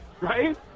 Right